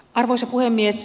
arvoisa puhemies